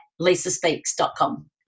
lisaspeaks.com